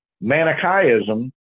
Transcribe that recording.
Manichaeism